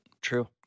True